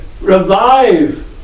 revive